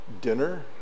dinner